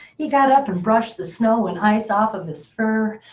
he got up and brushed the snow and ice off of his fur,